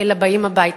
אלא באים הביתה,